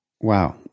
Wow